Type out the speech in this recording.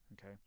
okay